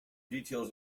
details